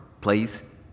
please